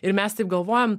ir mes taip galvojam